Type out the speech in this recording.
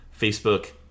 Facebook